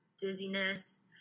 dizziness